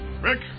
Rick